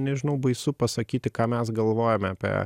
nežinau baisu pasakyti ką mes galvojame apie